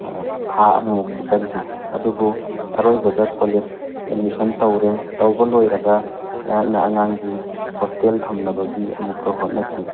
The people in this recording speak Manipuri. ꯊꯥ ꯑꯃꯃꯨꯛꯇꯤ ꯆꯪꯈꯤ ꯑꯗꯨꯕꯨ ꯑꯔꯣꯏꯕꯗ ꯀꯣꯂꯦꯖ ꯑꯦꯠꯃꯤꯁꯟ ꯇꯧꯔꯦ ꯇꯧꯕ ꯂꯣꯏꯔꯒ ꯑꯩꯍꯥꯛꯅ ꯑꯉꯥꯡꯒꯤ ꯍꯣꯁꯇꯦꯜ ꯊꯝꯅꯕꯒꯤ ꯑꯃꯨꯛꯀ ꯍꯣꯠꯅꯈꯤ